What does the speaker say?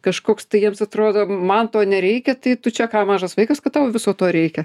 kažkoks tai jiems atrodo man to nereikia tai tu čia ką mažas vaikas kad tau viso to reikia